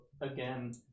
again